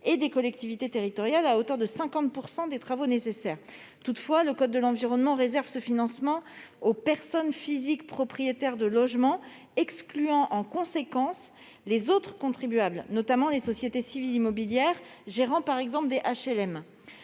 et des collectivités territoriales à hauteur de 50 % des travaux nécessaires. Toutefois, ledit code réserve ce financement aux « personnes physiques propriétaires de logements », excluant donc les autres contribuables, notamment les sociétés civiles immobilières gérant, par exemple, des HLM.